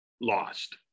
lost